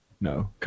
No